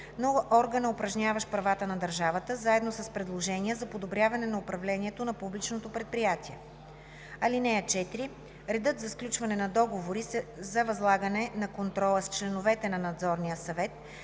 на органа, упражняващ правата на държавата, заедно с предложения за подобряване на управлението на публичното предприятие. (4) Редът за сключване на договори за възлагане на контрола с членовете на надзорния съвет,